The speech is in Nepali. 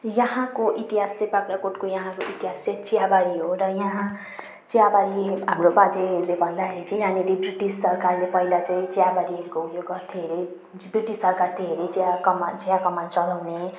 यहाँको इतिहास चाहिँ बाख्राकोटको यहाँको इतिहास चाहिँ चियाबारी हो र यहाँ चियाबारी हाम्रो बाजेहरूले भन्दाखेरि चाहिँ यहाँनिर ब्रिटिस सरकारले पहिला चाहिँ चियाबारीको ऊ यो गर्थे रे ब्रिटिस सरकार थियो रे चियाकमान चियाकमान चलाउने